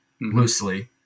loosely